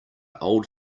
old